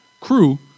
crew